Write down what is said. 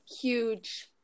huge